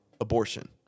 Abortion